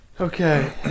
Okay